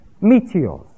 meteors